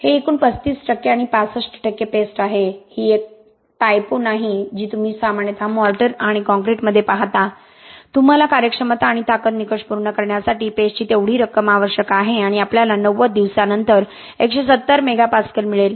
हे एकूण 35 टक्के आणि 65 टक्के पेस्ट आहे ही एक टायपो नाही जी तुम्ही सामान्यतः मोर्टार आणि कॉंक्रिटमध्ये पाहता तुम्हाला कार्यक्षमता आणि ताकद निकष पूर्ण करण्यासाठी पेस्टची तेवढी रक्कम आवश्यक आहे आणि आपल्याला 90 दिवसांनंतर 170 MPa मिळेल